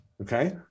Okay